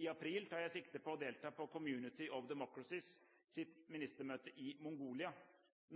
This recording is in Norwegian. I april tar jeg sikte på å delta på Community of Democracies’ ministermøte i Mongolia –